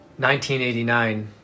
1989